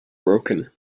broken